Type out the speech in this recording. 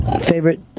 Favorite